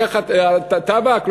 לקחת טבק?